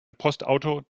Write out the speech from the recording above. postauto